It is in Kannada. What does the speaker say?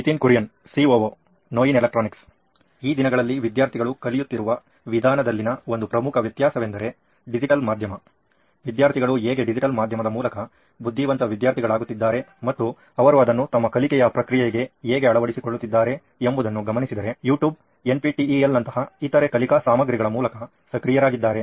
ನಿತಿನ್ ಕುರಿಯನ್ ಸಿಒಒ ನೋಯಿನ್ ಎಲೆಕ್ಟ್ರಾನಿಕ್ಸ್ ಈ ದಿನಗಳಲ್ಲಿ ವಿದ್ಯಾರ್ಥಿಗಳು ಕಲಿಯುತ್ತಿರುವ ವಿಧಾನದಲ್ಲಿನ ಒಂದು ಪ್ರಮುಖ ವ್ಯತ್ಯಾಸವೆಂದರೆ ಡಿಜಿಟಲ್ ಮಧ್ಯಮ ವಿದ್ಯಾರ್ಥಿಗಳು ಹೇಗೆ ಡಿಜಿಟಲ್ ಮಧ್ಯಮದ ಮೂಲಕ ಬುದ್ಧಿವಂತ ವಿದ್ಯಾರ್ಥಿಗಳಾಗುತ್ತಿದ್ದಾರೆ ಮತ್ತು ಅವರು ಅದನ್ನು ತಮ್ಮ ಕಲಿಕೆಯ ಪ್ರಕ್ರಿಯೆಗೆ ಹೇಗೆ ಅಳವಡಿಸಿಕೊಳ್ಳುತ್ತಿದ್ದಾರೆ ಎಂಬುದನ್ನು ಗಮನಿಸಿದರೆ ಯೂಟ್ಯೂಬ್ NPTELನಂತಹ ಇತರೆ ಕಲಿಕಾ ಸಾಮಗ್ರಿಗಳ ಮೂಲಕ ಸಕ್ರಿಯರಾಗಿದ್ದಾರೆ